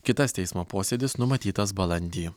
kitas teismo posėdis numatytas balandį